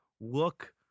look